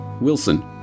Wilson